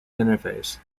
interface